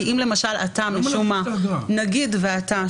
כי אם למשל אתה משום מה --- למה להחריג את האגרה?